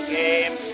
game